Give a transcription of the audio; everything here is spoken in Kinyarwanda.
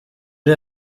uri